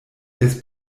des